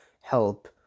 help